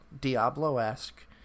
Diablo-esque